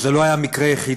זה לא היה המקרה היחידי,